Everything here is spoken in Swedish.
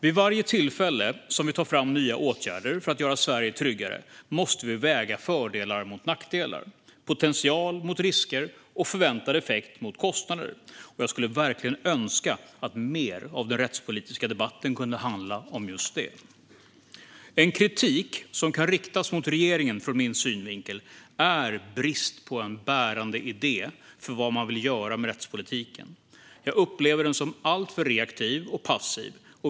Vid varje tillfälle då vi tar fram nya åtgärder för att göra Sverige tryggare måste vi väga fördelar mot nackdelar, potential mot risker och förväntad effekt mot kostnader. Jag skulle verkligen önska att mer av den rättspolitiska debatten kunde handla om just det. En kritik som kan riktas mot regeringen från min synvinkel är brist på en bärande idé för vad man vill göra med rättspolitiken. Jag upplever den som alltför reaktiv och passiv.